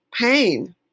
pain